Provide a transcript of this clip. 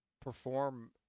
perform